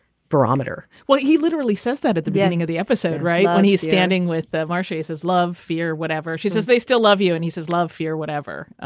barometer well he literally says that at the beginning of the episode right when he is standing with the marshes his love fear whatever she says they still love you and he says love fear whatever.